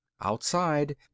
Outside